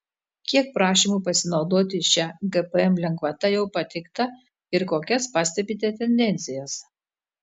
kiek prašymų pasinaudoti šia gpm lengvata jau pateikta ir kokias pastebite tendencijas